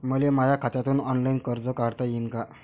मले माया खात्यातून ऑनलाईन कर्ज काढता येईन का?